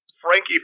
Frankie